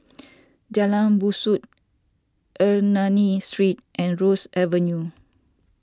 Jalan Besut Ernani Street and Ross Avenue